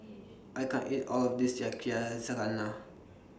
I can't eat All of This